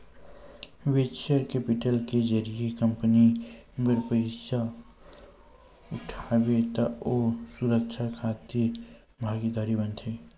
venture capital के जरिए company बर पइसा उठाबे त ओ ह सुरक्छा खातिर भागीदार बनथे